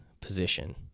position